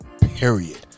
Period